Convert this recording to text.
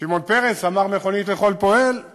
אמר "מכונית לכל פועל";